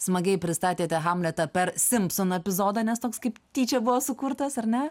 smagiai pristatėte hamletą per simpsonų epizodą nes toks kaip tyčia buvo sukurtas ar ne